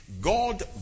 God